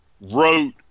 wrote